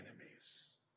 enemies